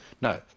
no